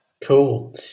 cool